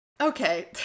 Okay